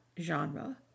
genre